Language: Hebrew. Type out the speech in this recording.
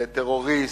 לטרוריסט,